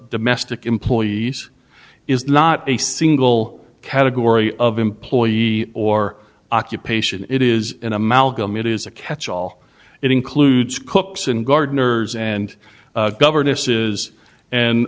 domestic employees is not a single category of employee or occupation it is an amalgam it is a catchall it includes cooks and gardeners and governesses and